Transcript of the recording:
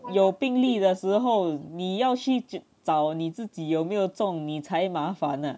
有病例的时候你要去只找你自己有没有这种你才麻烦啊